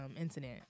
incident